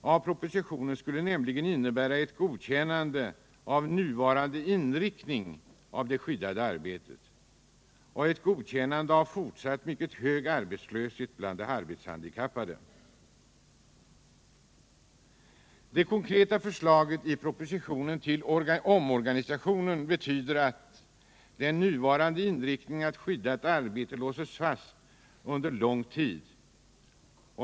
av propositionen skulle nämligen innebära ett godkännande av nuvarande inriktning av det skyddade arbetet och ett godkännande av fortsatt mycket hög arbetslöshet bland de arbetshandikappade. Det konkreta förslaget i propositionen till omorganisation betyder att den nuvarande inriktningen av skyddat arbete låses fast under lång tid.